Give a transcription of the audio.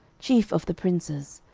chief of the princes.